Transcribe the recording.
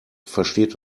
versteht